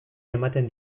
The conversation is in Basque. ematen